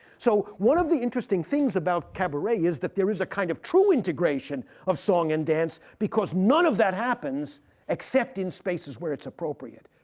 so one of the interesting things about cabaret is that there is a kind of true integration of song and dance, because none of that happens except in spaces where it's appropriate